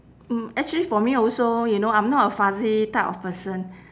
mm actually for me also you know I'm not a fussy type of person